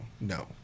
no